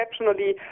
exceptionally